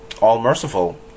all-merciful